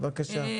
בבקשה.